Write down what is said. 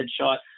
headshot